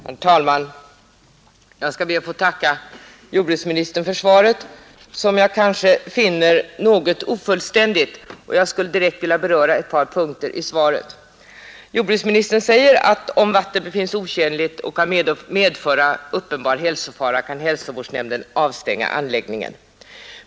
Herr talman! Jag skall be att få tacka jordbruksministern för svaret på min fråga. Jag finner svaret kanske något ofullständigt, och jag skulle direkt vilja beröra ett par punkter i det. Jordbruksministern säger att hälsovårdsnämnden kan avstänga anläggningen, om vattnet befinns otjänligt och kan medföra uppenbar hälsofara.